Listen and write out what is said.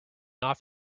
off